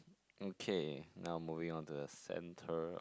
okay now moving on to the center